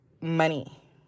money